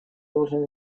должен